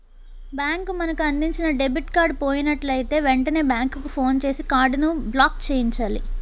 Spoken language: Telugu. బ్యాంకు మనకు అందించిన డెబిట్ కార్డు పోయినట్లయితే వెంటనే బ్యాంకుకు ఫోన్ చేసి కార్డును బ్లాక్చేయించాలి